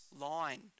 line